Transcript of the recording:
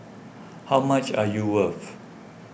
how much are you worth